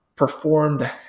Performed